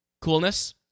Coolness